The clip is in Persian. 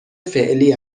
فعلی